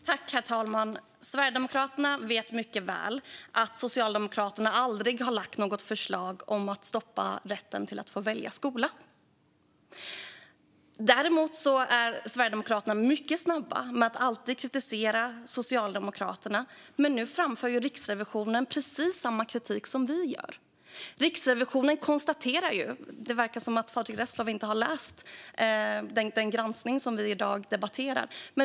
Herr talman! Sverigedemokraterna vet mycket väl att Socialdemokraterna aldrig har lagt fram något förslag om att stoppa rätten att välja skola. Sverigedemokraterna är alltid mycket snabba att kritisera Socialdemokraterna. Men nu framför ju Riksrevisionen precis samma kritik som vi gör. Det verkar som om Patrick Reslow inte har läst den granskning som vi i dag debatterar.